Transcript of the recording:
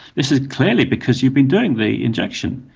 this is clearly because you've been doing the injection.